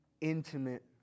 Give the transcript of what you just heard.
intimate